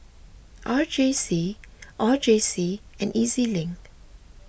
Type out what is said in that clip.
R J C R J C and E Z Link